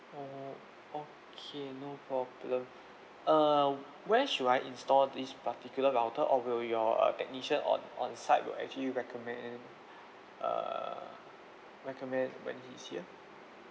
oh okay no problem uh where should I install this particular router or will your uh technician on on site would actually recommend uh recommend when he's here